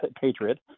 patriot